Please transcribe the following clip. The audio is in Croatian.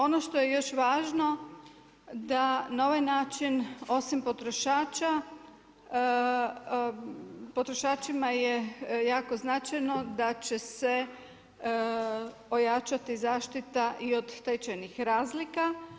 Ono što je još važno da na ovaj način osim potrošača, potrošačima je jako značajno, da će se ojačati zaštita i od tečajnih razlika.